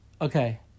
Okay